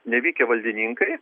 nevykę valdininkai